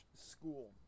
school